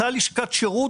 אותה לשכת שירות